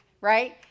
right